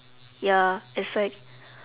ya it's like